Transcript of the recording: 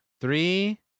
Three